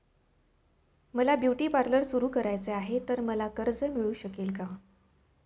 मला beauty parlour सुरू करायचे आहे तर मला कर्ज मिळू शकेल का?